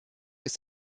ist